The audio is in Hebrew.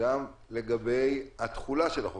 גם לגבי התחולה של החוק,